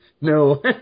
No